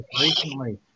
recently